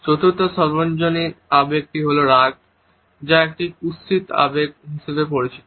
চতুর্থ সার্বজনীন আবেগ হল রাগ যা একটি কুৎসিত আবেগ হিসাবে পরিচিত